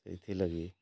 ସେଥିଲାଗି